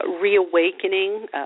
reawakening